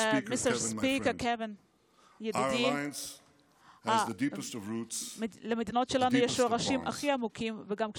להלן תרגומם הסימולטני: הימים הטובים ביותר רק יבואו,